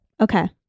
Okay